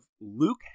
Luke